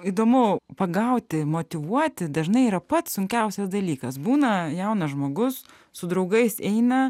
įdomu pagauti motyvuoti dažnai yra pats sunkiausias dalykas būna jaunas žmogus su draugais eina